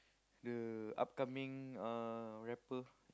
the upcoming uh rapper